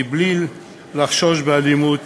מבלי לחשוש מאלימות